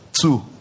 two